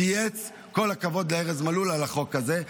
צייץ: כל הכבוד לארז מלול על החוק הזה.